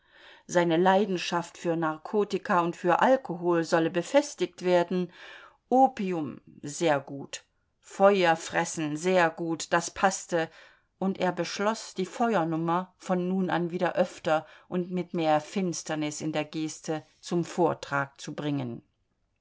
seine leidenschaft für narkotika und für alkohol solle befestigt werden opium sehr gut feuerfressen sehr gut das paßte und er beschloß die feuernummer von nun an wieder öfter und mit mehr finsternis in der geste zum vortrag zu bringen